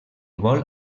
vol